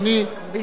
בתה.